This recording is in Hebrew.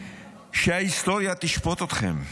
שההיסטוריה תשפוט אתכם.